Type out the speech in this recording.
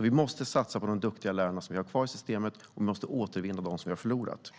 Vi måste satsa på de duktiga lärare som vi har kvar i systemet och återvinna dem som vi har förlorat.